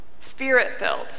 Spirit-filled